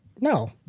No